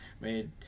made